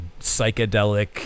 psychedelic